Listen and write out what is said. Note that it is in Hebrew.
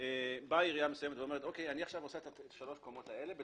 באה עירייה מסוימת ואומרת: אני עושה את השלוש קומות האלו בתכנית.